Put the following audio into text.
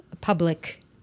public